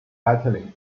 battalion